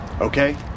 Okay